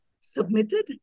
submitted